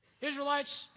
Israelites